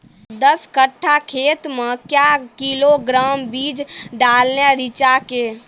दस कट्ठा खेत मे क्या किलोग्राम बीज डालने रिचा के?